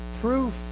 proof